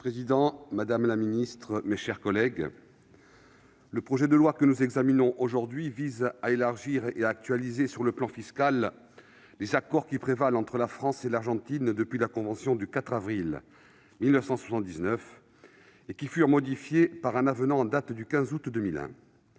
Monsieur le président, madame la secrétaire d'État, mes chers collègues, le projet de loi que nous examinons aujourd'hui entend élargir et actualiser dans le domaine fiscal les accords qui prévalent entre la France et l'Argentine depuis la convention du 4 avril 1979, modifiés par un avenant en date du 15 août 2001.